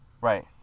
Right